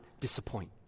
disappoint